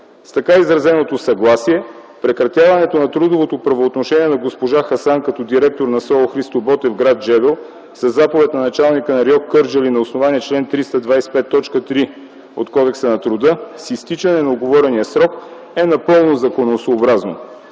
В така изразеното съгласие прекратяването на трудовото правоотношение на госпожа Хасан като директор на СОУ „Христо Ботев”, гр. Джебел, със заповед на РИО Кърджали, на основание чл. 325, т. 3 от Кодекса на труда, с изтичане на уговорения срок, е напълно законосъобразно.